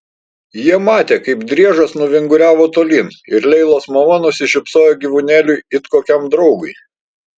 jie matė kaip driežas nuvinguriavo tolyn ir leilos mama nusišypsojo gyvūnėliui it kokiam draugui